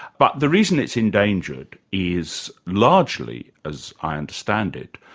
but the reason it's endangered is largely, as i understand it,